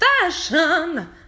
fashion